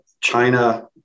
China